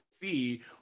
see